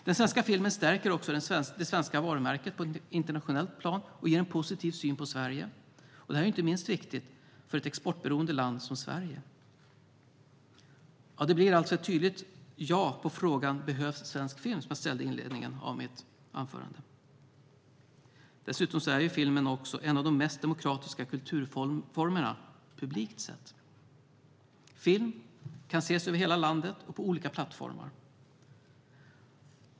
Den svenska filmen stärker också det svenska varumärket på ett internationellt plan och ger en positiv syn på Sverige. Det är inte minst viktigt för ett exportberoende land som Sverige. Det blir alltså ett tydligt ja på frågan "Behövs svensk film? ", som jag ställde i inledningen av mitt anförande. Filmen är också en av de mest demokratiska kulturformerna publikt sett. Film kan ses över hela landet och på olika plattformar.